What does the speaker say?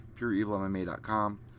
pureevilmma.com